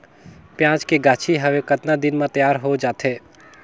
पियाज के गाछी हवे कतना दिन म तैयार हों जा थे?